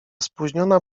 spóźniona